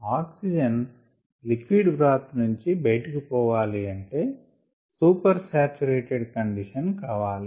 oxygen liquid broth నుంచి బయటకు పోవాలి అంటే సూపర్ సాచురేటెడ్ కండిషన్ కావాలి